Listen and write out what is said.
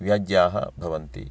व्याज्याः भवन्ति